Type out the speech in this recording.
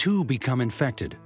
too become infected